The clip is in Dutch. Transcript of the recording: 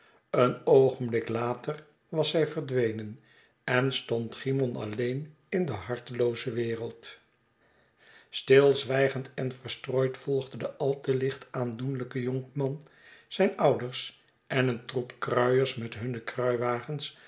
een oogenblik later was zij verdwenen en stond cymon alleen in de hartelooze wereld stilzwijgend en verstrooid volgde de al te licht aandoenlijke jonkman zijne ouders en een troep kruiers met hunne kruiwagens